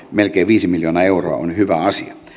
melkein viisi miljoonaa euroa on hyvä asia